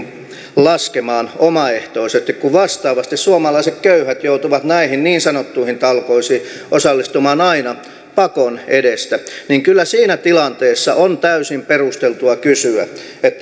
laskemaan omaehtoisesti kun vastaavasti suomalaiset köyhät joutuvat näihin niin sanottuihin talkoisiin osallistumaan aina pakon edessä niin kyllä siinä tilanteessa on täysin perusteltua kysyä